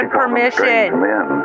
permission